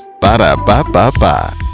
Ba-da-ba-ba-ba